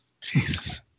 Jesus